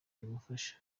zimufasha